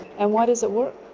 and why does it work?